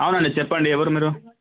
అవునండి చెప్పండి ఎవరు మీరు